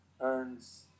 earns